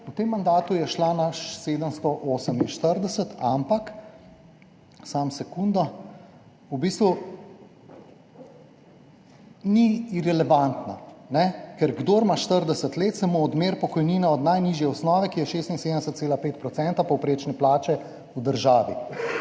v tem mandatu je šla na 748, ampak samo sekundo, v bistvu ni irelevantna, ne, ker kdor ima 40 let, se mu odmeri pokojnina od najnižje osnove, ki je 76,5 procenta povprečne plače v državi,